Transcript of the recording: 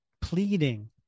pleading